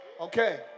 Okay